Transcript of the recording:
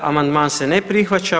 Amandman se ne prihvaća.